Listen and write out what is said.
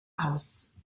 aus